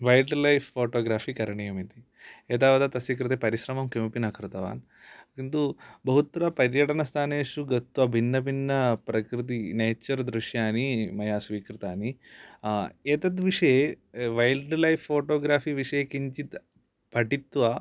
wild life photography करणीयमिति एतावता तस्य कृते परिश्रमं किमपि न कृतवान् किन्तु बहुत्र पर्यटनस्थानेषु गत्वा भिन्नभिन्न प्रकृति नेचर् दृश्यानि मया स्वाकृतानि एतद् विषये वैल्ड् लैफ् फोटोग्राफि विषये किञ्चित् पठित्वा